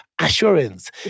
assurance